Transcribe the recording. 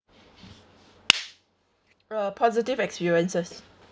uh positive experiences